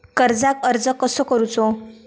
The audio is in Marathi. कर्जाक अर्ज कसो करूचो?